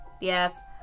yes